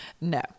No